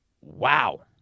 Wow